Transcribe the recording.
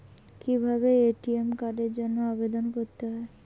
কিভাবে এ.টি.এম কার্ডের জন্য আবেদন করতে হয়?